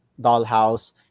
Dollhouse